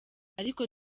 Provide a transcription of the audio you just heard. ariko